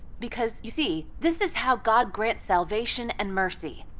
because you see, this is how god grants salvation and mercy,